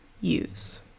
use